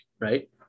right